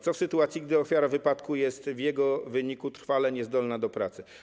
Co w sytuacji, gdy ofiara wypadku jest w jego wyniku trwale niezdolna do pracy?